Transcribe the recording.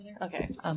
Okay